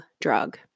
drug